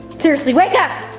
seriously wake up!